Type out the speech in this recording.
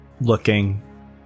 Looking